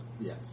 Yes